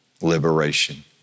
liberation